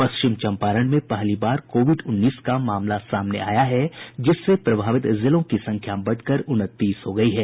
पश्चिम चंपारण मे पहली बार कोविड उन्नीस का मामला सामने आया है जिससे प्रभावित जिलों की संख्या बढ़कर उनतीस हो गयी है